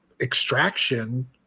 extraction